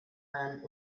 and